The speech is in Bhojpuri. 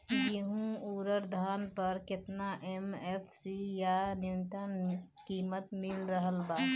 गेहूं अउर धान पर केतना एम.एफ.सी या न्यूनतम कीमत मिल रहल बा?